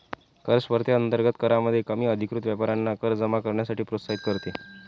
कर स्पर्धेअंतर्गत करामध्ये कमी अधिकृत व्यापाऱ्यांना कर जमा करण्यासाठी प्रोत्साहित करते